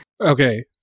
Okay